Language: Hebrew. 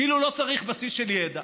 כאילו לא צריך בסיס של ידע.